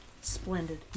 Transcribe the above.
splendid